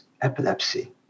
epilepsy